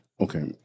Okay